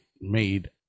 made